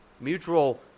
Mutual